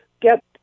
get